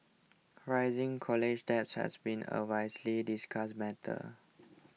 rising college debts has been a widely discussed matter